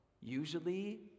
usually